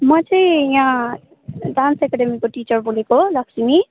म चाहिँ यहाँ डान्स एकाडेमीको टिचर बोलेको लक्ष्मी